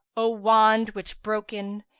o wand, which broken,